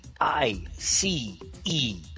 I-C-E